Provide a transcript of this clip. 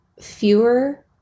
fewer